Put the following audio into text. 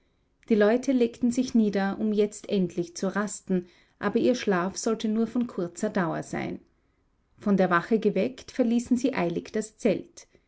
die leute legten sich nieder um jetzt endlich zu rasten aber ihr schlaf sollte nur von kurzer dauer sein von der wache geweckt verließen sie eilig das zelt